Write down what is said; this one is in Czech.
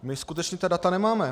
My skutečně ta data nemáme.